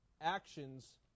actions